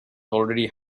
already